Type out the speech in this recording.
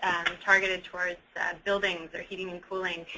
targeted towards building, that heating and cooling,